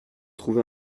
trouvé